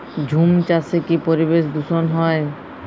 ঝুম চাষে কি পরিবেশ দূষন হয়?